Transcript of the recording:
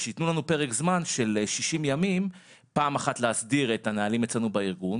ושיתנו לנו פרק זמן של 60 ימים פעם אחת להסדיר את הנהלים אצלנו בארגון,